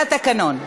זה התקנון.